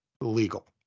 legal